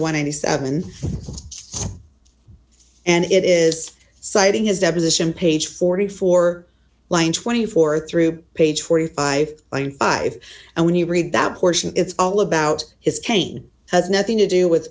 and eighty seven and it is citing his deposition page forty four line twenty four through page forty five line five and when you read that portion it's all about his cane has nothing to do with